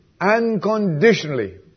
unconditionally